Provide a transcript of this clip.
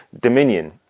Dominion